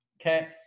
Okay